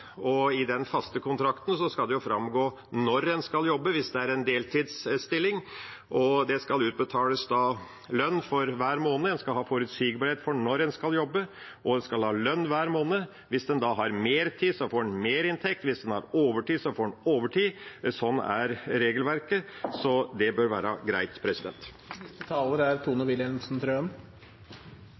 og i den faste kontrakten skal det framgå når en skal jobbe, hvis det er en deltidsstilling. Det skal utbetales lønn for hver måned. En skal ha forutsigbarhet for når en skal jobbe, og en skal ha lønn hver måned. Hvis en da har mertid, får en merinntekt. Hvis en har overtid, får en overtid. Sånn er regelverket, så det bør være greit.